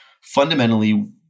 fundamentally